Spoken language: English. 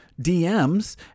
DMs